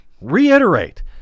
reiterate